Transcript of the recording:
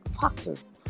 factors